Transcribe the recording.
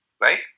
right